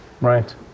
Right